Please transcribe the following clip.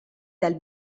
dal